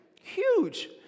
huge